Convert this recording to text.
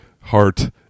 heart